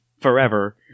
forever